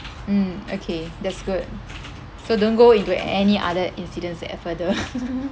mm okay that's good so don't go into any other incidents at further